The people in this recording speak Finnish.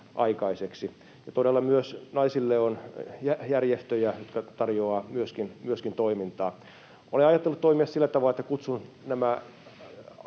aikaiseksi. Ja todella myös naisille on järjestöjä, jotka tarjoavat myöskin toimintaa. Olen ajatellut toimia sillä tavalla, että kutsun nämä